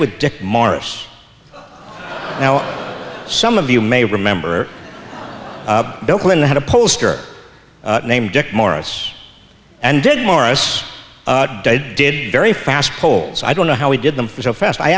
with dick morris now some of you may remember bill clinton had a poster named dick morris and did morris did very fast polls i don't know how he did them so fast i